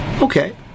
Okay